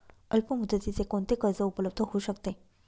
अल्पमुदतीचे कोणते कर्ज उपलब्ध होऊ शकते?